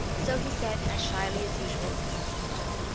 so he said as shyly as usual oh,